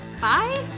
Bye